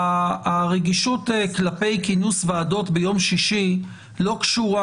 הרגישות כלפי כינוס ועדות ביום שישי לא קשורה